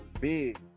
big